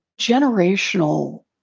generational